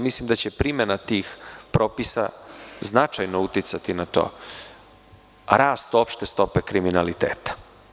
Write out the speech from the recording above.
Mislim da će primena tih propisa značajno uticati na rast opšte stope kriminaliteta.